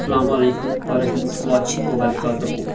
السلام عليكم ورحمة الله وبركاته